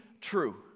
true